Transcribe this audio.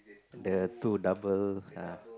the two double ah